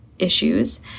issues